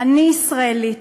אני ישראלית.